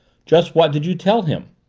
just what did you tell him?